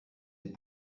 est